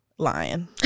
lying